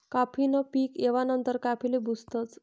काफी न पीक येवा नंतर काफीले भुजतस